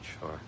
sure